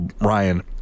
Ryan